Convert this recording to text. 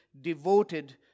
devoted